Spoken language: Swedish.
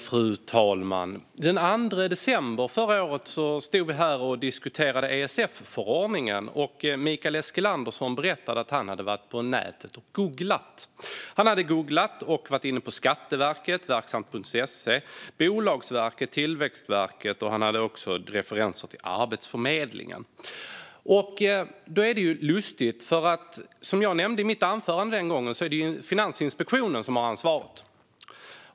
Fru talman! Den 2 december förra året stod vi och diskuterade ESF-förordningen, och Mikael Eskilandersson berättade att han hade gått in på olika webbplatser: Skatteverket, Verksamt.se, Bolagsverket, Tillväxtverket och Arbetsförmedlingen. Som jag nämnde i mitt anförande den gången är det Finansinspektionen som har ansvaret.